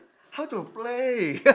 how to play